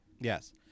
Yes